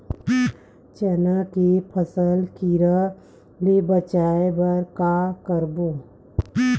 चना के फसल कीरा ले बचाय बर का करबो?